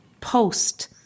post